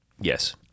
Yes